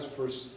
first